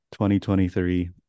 2023